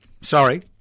sorry